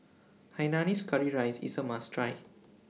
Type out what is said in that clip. Hainanese Curry Rice IS A must Try